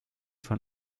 von